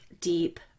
deep